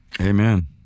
Amen